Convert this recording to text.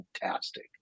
fantastic